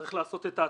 צריך לעשות את ההתאמה,